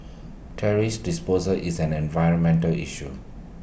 thrash disposal is an environmental issue